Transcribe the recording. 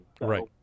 Right